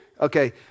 Okay